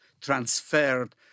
transferred